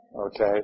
Okay